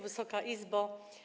Wysoka Izbo!